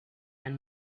and